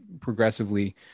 progressively